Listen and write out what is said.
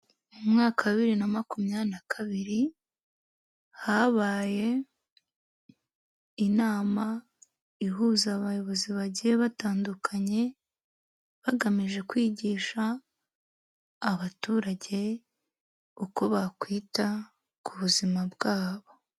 Mu mwaka wa bibiri na makumyabiri na kabiri habaye inama ihuza abayobozi bagiye batandukanye bagamije kwigisha abaturage uko bakwita ku buzima bwabo.